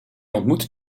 ontmoet